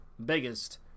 Biggest